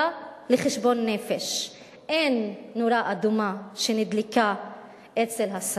עלינו לדון בחגיגת התמיכה במזרחי בקרב מערכת